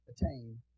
attain